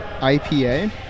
ipa